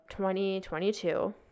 2022